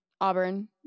Auburn